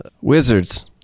Wizards